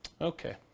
Okay